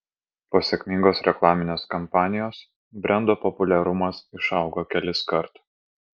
po sėkmingos reklaminės kampanijos brendo populiarumas išaugo keliskart